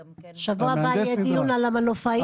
בשבוע הבא יהיה דיון על המנופאים,